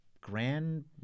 Grand